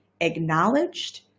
acknowledged